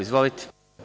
Izvolite.